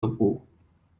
俱乐部